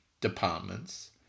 departments